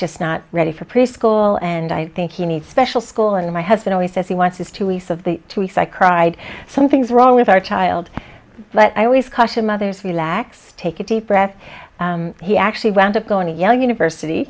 just not ready for preschool and i think he needs special school and my husband always says he wants his to east of the two weeks i cried something's wrong with our child but i always caution mothers relax take a deep breath he actually wound up going to yell university